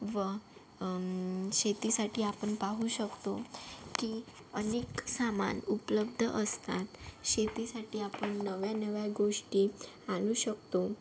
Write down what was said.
व शेतीसाठी आपण पाहू शकतो की अनेक सामान उपलब्ध असतात शेतीसाठी आपण नव्या नव्या गोष्टी आणू शकतो